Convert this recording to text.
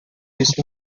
isso